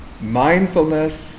Mindfulness